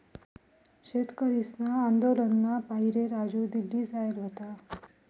शेतकरीसना आंदोलनना पाहिरे राजू दिल्ली जायेल व्हता